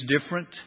different